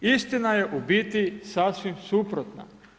Istina je u biti sasvim suprotna.